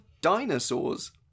dinosaurs